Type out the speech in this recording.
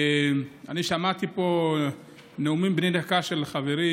אני שמעתי פה נאומים בני דקה של חברי